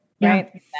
right